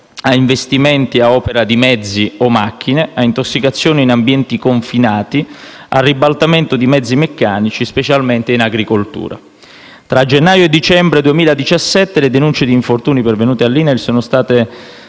a investimenti a opera di mezzi o macchine, a intossicazione in ambienti confinati, a ribaltamento di mezzi meccanici specialmente in agricoltura. Tra gennaio e dicembre 2017 le denunce di infortuni pervenute all'INAIL sono state